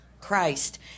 Christ